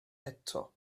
eto